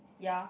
ya